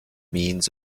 means